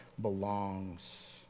belongs